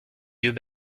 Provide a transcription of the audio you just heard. yeux